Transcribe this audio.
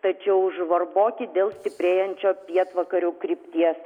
tačiau žvarboki dėl stiprėjančio pietvakarių krypties